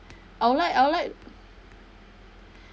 I'll like like